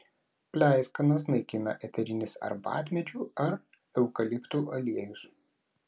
pleiskanas naikina eterinis arbatmedžių ar eukaliptų aliejus